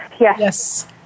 Yes